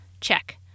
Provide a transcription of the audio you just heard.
Check